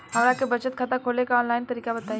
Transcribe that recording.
हमरा के बचत खाता खोले के आन लाइन तरीका बताईं?